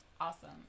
Awesome